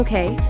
Okay